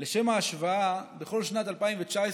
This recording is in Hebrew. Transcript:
11 בני אדם יותר מדי.